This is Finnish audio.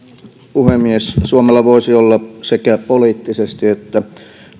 puhemies suomella voisi olla sekä poliittisesti että